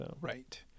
Right